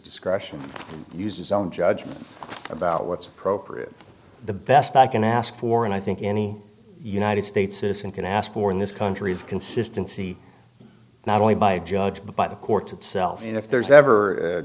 discretion use his own judgment about what's appropriate the best i can ask for and i think any united states citizen can ask for in this country's consistency not only by judge but by the courts itself you know if there's ever